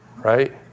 Right